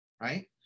right